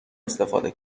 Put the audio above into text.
استفاده